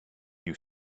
you